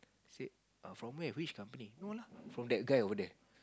said oh from where which company no ah from that guy over there